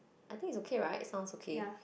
I think is okay right it's sound okay